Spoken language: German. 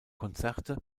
konzerte